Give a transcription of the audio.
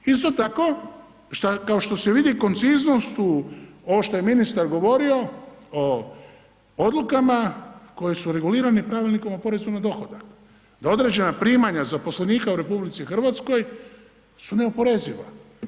Isto tako, kao što se vidi konciznost u ovo što je ministar govorio, o odlukama koje su regulirane Pravilnikom o porezu na dohodak, da određena primanja zaposlenika u RH su neoporeziva.